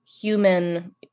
human